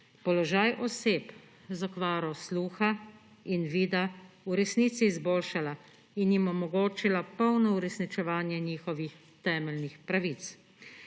položaj oseb z okvaro sluha in vida v resnici izboljšala in jim omogočala polno uresničevanje njihovih temeljnih pravic.